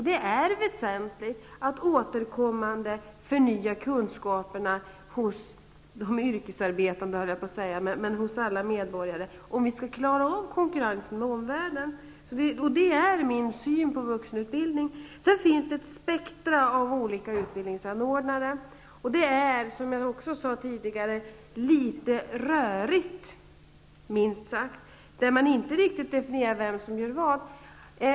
Det är väsentligt att återkommande förnya kunskaperna hos alla medborgare, om vi skall klara av konkurrensen med omvärlden. Det är min syn på vuxenutbildningen. Det finns ett spektrum av olika utbildningsanordnare. Det är litet rörigt, minst sagt. Man har inte riktigt definierat vem som gör vad.